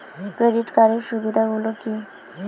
Credit কার্ডের সুবিধা গুলো কি?